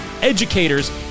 educators